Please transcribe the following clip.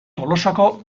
tolosako